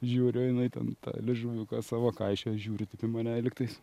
žiūriu jinai ten tą liežuviuką savo kaišioja žiūri taip į mane lygtais